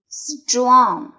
strong